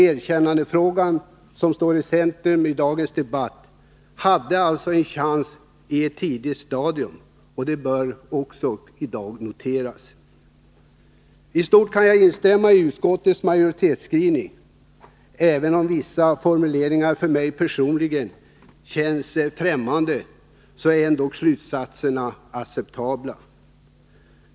Erkännandefrågan, som står i centrum i dagens debatt, hade alltså sin chans på ett tidigt stadium. Det bör nog noteras även i dag. I stort kan jag instämma i utskottets majoritetsskrivning. Även om vissa formuleringar för mig personligen känns främmande är slutsatserna acceptabla.